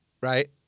Right